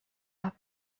عقب